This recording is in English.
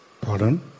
Pardon